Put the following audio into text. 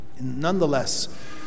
Nonetheless